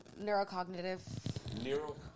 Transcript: Neurocognitive